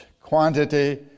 quantity